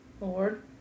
Lord